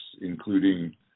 including